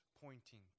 pointing